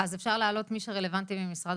אז אפשר להעלות את מי שרלוונטי ממשרד